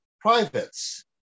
privates